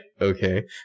okay